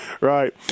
right